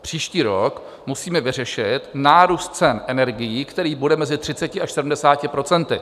Příští rok musíme vyřešit nárůst cen energií, který bude mezi 30 až 70 procenty.